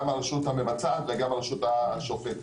גם הרשות המבצעת וגם הרשות השופטת.